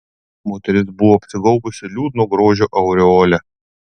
moteris buvo apsigaubusi liūdno grožio aureole